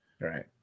Right